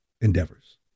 endeavors